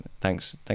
Thanks